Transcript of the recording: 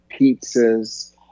pizzas